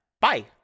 bye